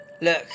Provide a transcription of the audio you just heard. Look